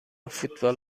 فوتبال